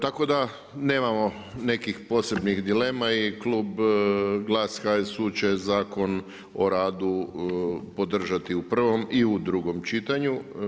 Tako da nemamo nekih posebnih dilema i GLAS, HSU će Zakon o radu podržati i u prvom i u drugom čitanju.